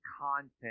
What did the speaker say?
content